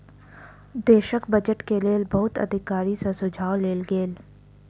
देशक बजट के लेल बहुत अधिकारी सॅ सुझाव लेल गेल